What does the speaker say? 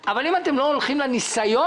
אבל זאת לא הייתה השאלה.